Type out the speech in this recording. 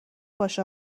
باشه